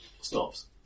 stops